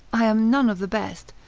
i am none of the best,